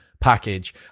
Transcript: package